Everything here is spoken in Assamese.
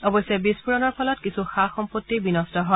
অৱশ্যে বিস্ফোৰণৰ ফলত কিছু সা সম্পত্তি বিনষ্ট হয়